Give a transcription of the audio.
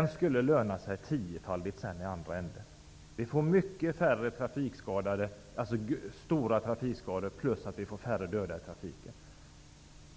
om skulle löna sig tiofaldigt i andra änden. Vi skulle få mycket färre svåra trafikskador och färre döda i trafiken.